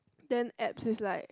then abs is like